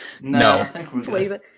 No